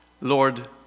Lord